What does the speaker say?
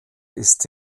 ist